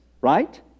right